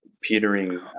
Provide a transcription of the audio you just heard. petering